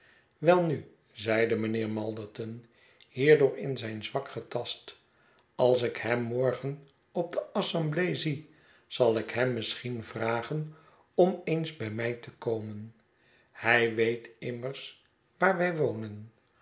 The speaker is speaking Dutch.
welnu zeide mij nheer malderton hierdoor in zijn zwak getast als ik hem morgen op de assemblee zie zal ik hem misschien vragen om eens bij mij te komen hij weetimmers waar wij wonen